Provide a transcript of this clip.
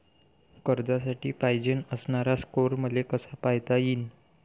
कर्जासाठी पायजेन असणारा स्कोर मले कसा पायता येईन?